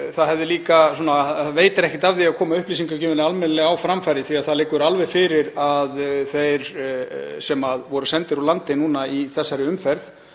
það veitir ekkert af því að koma upplýsingum almennilega á framfæri því að það liggur alveg fyrir að þeir sem voru sendir úr landi í þessari umferð